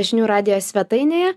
žinių radijo svetainėje